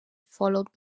followed